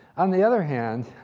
on the other hand,